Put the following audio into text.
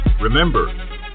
Remember